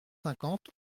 cinquante